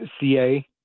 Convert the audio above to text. CA